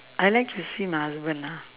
I like to see my husband lah